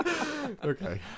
Okay